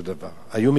היו מקרים כאלה.